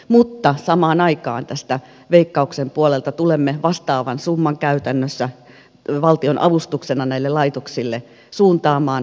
mutta samaan aikaan veikkauksen puolelta tulemme vastaavan summan käytännössä valtionavustuksena näille laitoksille suuntaamaan työllisyysperusteisesti